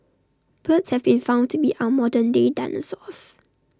birds have been found to be our modern day dinosaurs